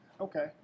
okay